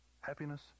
Happiness